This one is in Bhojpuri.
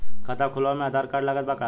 खाता खुलावे म आधार कार्ड लागत बा का?